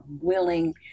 willing